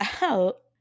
out